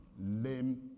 lame